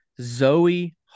Zoe